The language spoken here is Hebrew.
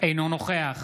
אינו נוכח